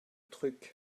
trucs